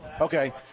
Okay